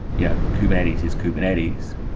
yeah kubernetes is kubernetes,